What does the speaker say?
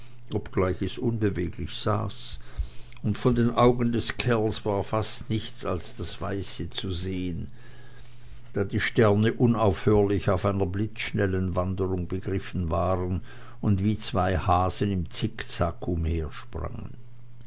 obgleich es unbeweglich saß und von den augen des kerls war fast nichts als das weiße zu sehen da die sterne unaufhörlich auf einer blitzschnellen wanderung begriffen waren und wie zwei hasen im zickzack umhersprangen